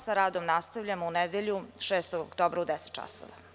Sa radom nastavljamo u nedelju, 6. oktobra, u 10.00 časova.